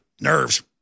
nerves